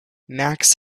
max